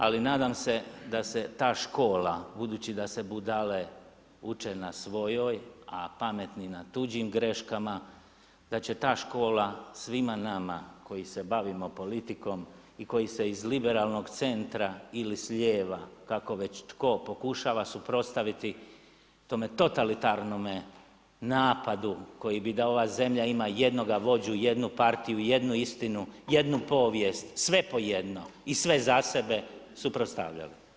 Ali nadam se da se ta škola, budući da se budale uče na svojoj a pametni na tuđim greškama, da će ta škola da će ta škola svima nama koji se bavimo politikom i koji se iz liberalnog centra ili s lijeva kako već tko pokušava suprotstaviti tome totalitarnome napadu koji bi da ova zemlja ima jednoga vođu i jednu partiju, jednu istinu, jedno povijest, sve po jedno i sve za sebe suprotstavljali.